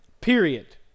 period